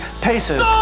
paces